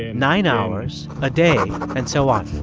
ah nine hours, a day and so on